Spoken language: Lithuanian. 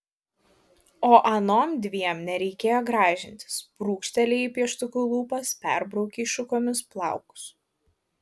o anom dviem nereikėjo gražintis brūkštelėjai pieštuku lūpas perbraukei šukomis plaukus